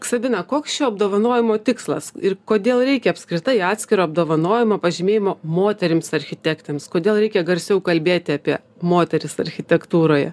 sabina koks šio apdovanojimo tikslas ir kodėl reikia apskritai atskiro apdovanojimo pažymėjimo moterims architektėms kodėl reikia garsiau kalbėti apie moteris architektūroje